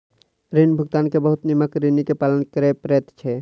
ऋण भुगतान के बहुत नियमक ऋणी के पालन कर पड़ैत छै